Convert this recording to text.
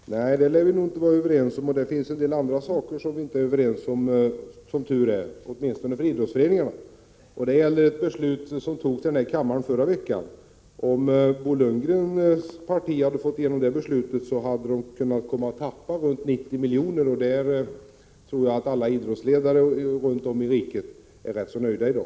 | 29 april 1987 Herr talman! Nej, det lär vi inte vara överens om. Det finns en del andra melon ce Saker som vi inte heller är överens om, som tur är, åtminstone för idrottsföreningarna. Det gäller ett beslut som togs i den här kammaren i förra veckan. Om Bo Lundgrens parti hade fått igenom det beslutet hade idrottsföreningarna kunnat tappa runt 90 milj.kr. Jag tror att alla idrottsledare runt om i riket är rätt så nöjda i dag.